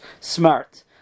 smart